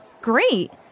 Great